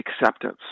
acceptance